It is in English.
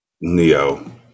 neo